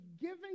giving